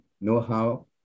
know-how